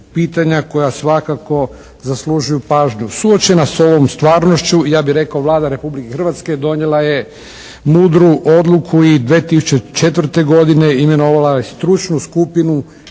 pitanja koja svakako zaslužuju pažnju. Suočena s ovom stvarnošću ja bih rekao Vlada Republike Hrvatske donijela je mudru odluku i 2004. godine imenovala je stručnu skupinu